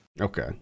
Okay